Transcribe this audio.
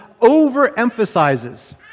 overemphasizes